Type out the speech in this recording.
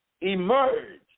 emerge